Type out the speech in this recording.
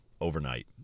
overnight